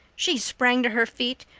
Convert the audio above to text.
she sprang to her feet,